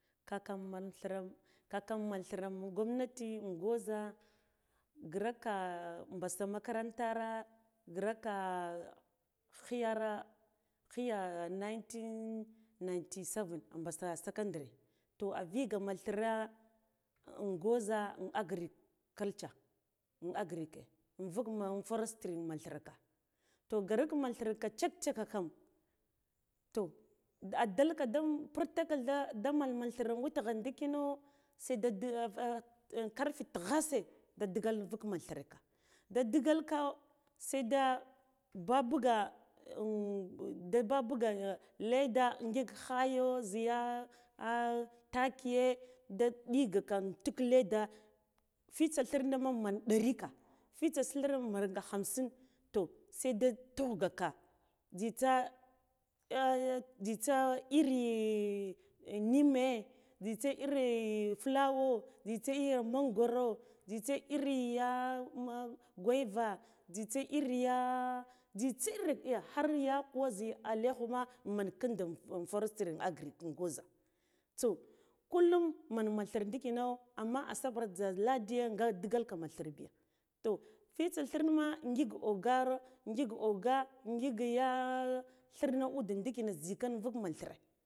Kakam man thire kakam men thire gomnati in gwoza ngirar ka mɓasa makarantara ghraka ghiyara ghiya 1997 a mɓisi secondary to avika men thire un gwoza in agric culture in agric ke in vuk man forestry in man thire ka to ghreka men thire check check kam toh adalka da purtukdha da man man thire witgha ndikino seda da karfe tighase da digal nvuk men thire da digalko seda mbabuga da babuga leda ngik ghayo zhiya takiye da nɗigaka intuk leda fitaa thirne man dari ka fitsa thirne manga hamsin to seda thugh gaka jzitsi jzitsa iri nimma jzitsa irin flower jzitsa iri mangoro jzitsa iri ya guava jzitsa iriya jzitsa iri iya har yakuwa zhi alekha ma men nkinda forestry agric in gwoza so kullum man man thire ndikino amma sabur da kaɗiye nga digalka men thire biyo toh fitsa thirne me ngik agira ngik oga ngiik ya thirneude ndikirne zhikan vuk man thirne.